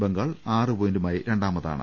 ബംഗാൾ ആറ് പോയിന്റുമായി രണ്ടാമതാണ്